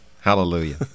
Hallelujah